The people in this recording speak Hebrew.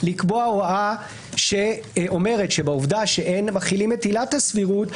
לקבוע הוראה שאומרת שבעובדה שאין מחילים את עילת הסבירות,